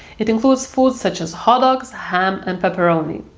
it includes foods such as hotdogs, ham, and peperoni.